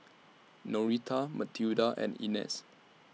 Noreta Mathilda and Inez